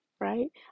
right